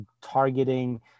targeting